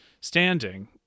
standing